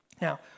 Now